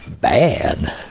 bad